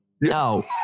No